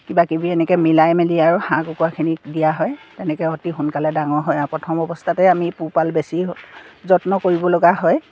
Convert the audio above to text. কিবাকিবি এনেকৈ মিলাই মেলি আৰু হাঁহ কুকুৰাখিনিক দিয়া হয় তেনেকৈ অতি সোনকালে ডাঙৰ হয় আৰু প্ৰথম অৱস্থাতে আমি পোহপাল বেছি যত্ন কৰিব লগা হয়